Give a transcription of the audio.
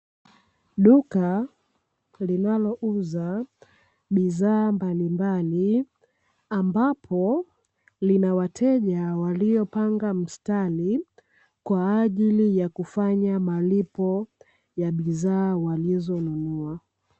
Duka linalouza bidhaa mbalimbali ambapo lina wateja waliopanga mstari, kwa ajili ya kufanya malipo ya bidhaa walizonunua.